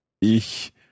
Ich